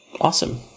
awesome